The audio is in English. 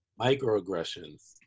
Microaggressions